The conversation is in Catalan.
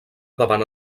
davant